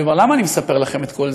למה אני מספר לכם את כל זה?